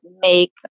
make